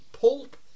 Pulp